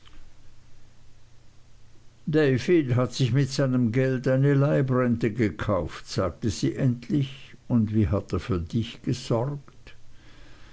hat sich mit seinem geld eine leibrente gekauft sagte sie endlich und wie hat er für dich gesorgt